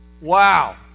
wow